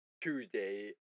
Tuesday